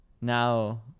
now